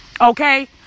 Okay